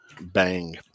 Bang